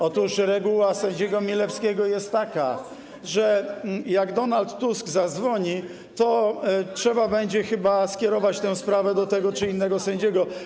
Otóż reguła sędziego Milewskiego jest taka, że jak Donald Tusk zadzwoni, to trzeba będzie skierować tę sprawę do tego czy innego sędziego.